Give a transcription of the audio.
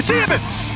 Demons